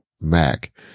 Mac